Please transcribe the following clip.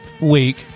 week